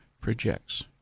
projects